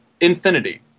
infinity